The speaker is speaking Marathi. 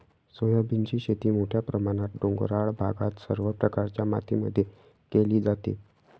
सोयाबीनची शेती मोठ्या प्रमाणात डोंगराळ भागात सर्व प्रकारच्या मातीमध्ये केली जाते